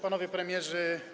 Panowie Premierzy!